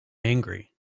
angry